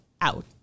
out